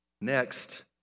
Next